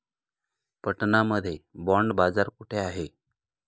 पटना मध्ये बॉंड बाजार कुठे आहे?